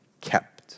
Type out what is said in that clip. kept